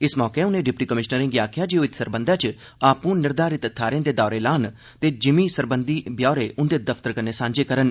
इस मौके उनें डिप्टी कमिषनरें गी आखेआ जे ओह इत्त सरबंधै च आपूं निर्धारित थाह्रें दे दौरे लाइयै जिमीं सरबंधी ब्यौरे उंदे दफ्तर कन्नै सांझे करन